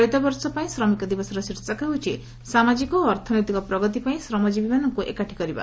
ଚଳିତ ବର୍ଷ ପାଇଁ ଶ୍ରମିକ ଦିବସର ଶୀର୍ଷକ ହେଉଛି 'ସାମାଜିକ ଓ ଅର୍ଥନୈତିକ ପ୍ରଗତି ପାଇଁ ଶ୍ରମଜୀବୀମାନଙ୍କୁ ଏକାଠି କରିବା